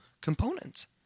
components